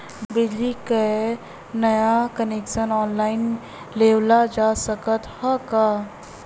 बिजली क नया कनेक्शन ऑनलाइन लेवल जा सकत ह का?